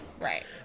right